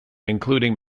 including